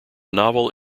novel